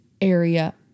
area